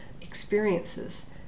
experiences